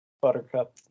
Buttercup